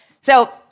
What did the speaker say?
So-